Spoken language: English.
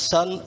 Son